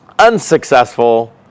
unsuccessful